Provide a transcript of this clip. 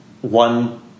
one